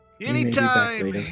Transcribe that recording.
Anytime